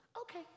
okay